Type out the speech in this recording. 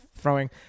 Throwing